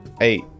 Eight